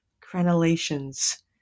crenellations